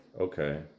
Okay